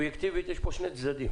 אובייקטיבית יש פה שני צדדים